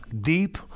deep